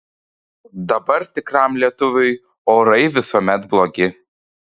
dabar tikram lietuviui orai visuomet blogi